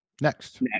Next